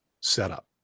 setup